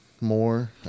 more